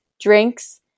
drinks